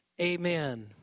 Amen